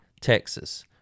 Texas